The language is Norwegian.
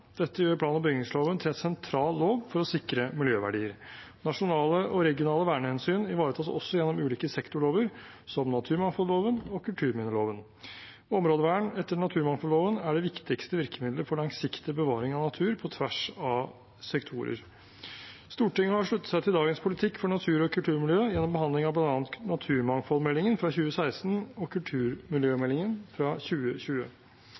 Dette gjør plan- og bygningsloven til en sentral lov for å sikre miljøverdier. Nasjonale og regionale vernehensyn ivaretas også gjennom ulike sektorlover, som naturmangfoldloven og kulturminneloven. Områdevern etter naturmangfoldloven er det viktigste virkemiddelet for langsiktig bevaring av natur på tvers av sektorer. Stortinget har sluttet seg til dagens politikk for natur- og kulturmiljø gjennom behandlingen av bl.a. naturmangfoldmeldingen fra 2016 og kulturmiljømeldingen fra 2020.